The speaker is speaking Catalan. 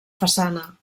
façana